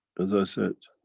as i said